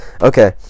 Okay